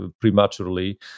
prematurely